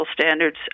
standards